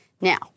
Now